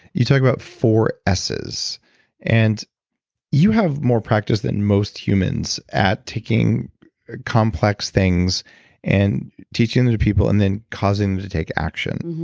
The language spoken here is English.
you talk about four s's and you have more practice than most humans at taking complex things and teaching them to people and then causing them to take action.